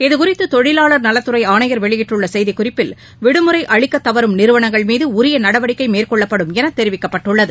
இதுகுறித்துதொழிலாளர் நலத்துறைஆணையர் வெளியிட்டுள்ளசெய்திக்குறிப்பில் விடுமுறைஅளிக்கதவறும் நிறுவனங்கள் மீதுஉரியநடவடிக்கைமேற்கொள்ளப்படும் எனதெரிவிக்கப்பட்டுள்ளது